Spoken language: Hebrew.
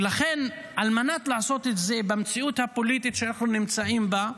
ולכן על מנת לעשות את זה במציאות הפוליטית שאנחנו נמצאים בה,